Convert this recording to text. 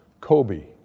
Kobe